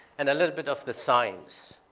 and a little bit of the science,